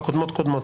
והקודמות לקודמות,